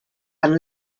and